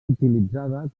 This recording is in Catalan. utilitzada